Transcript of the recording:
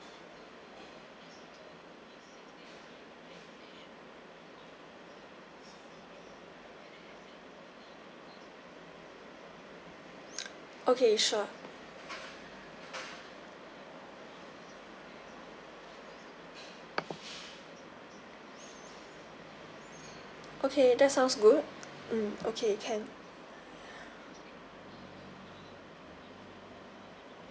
okay sure okay that sounds good mm okay can